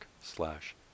slash